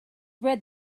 read